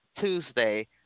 Tuesday